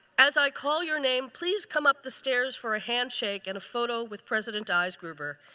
as i call your name, please come up the stairs for a handshake and a photo with president eisgruber.